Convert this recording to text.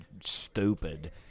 stupid